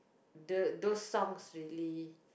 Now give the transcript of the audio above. the those song really